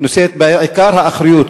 נושאים בעיקר האחריות.